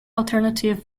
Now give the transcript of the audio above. alternative